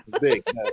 Big